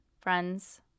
friends